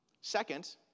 Second